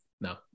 No